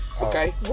Okay